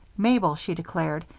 mabel, she declared,